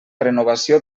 renovació